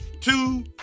two